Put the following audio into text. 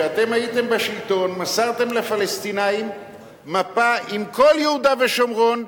כשאתם הייתם בשלטון מסרתם לפלסטינים מפה עם כל יהודה ושומרון,